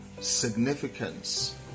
significance